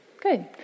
Good